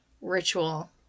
ritual